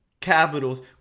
Capitals